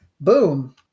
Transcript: boom